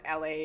LA